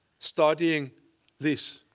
studying this.